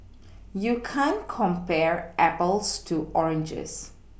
you can't compare Apples to oranges